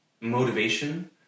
motivation